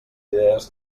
idees